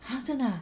ha 真的 ah